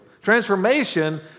Transformation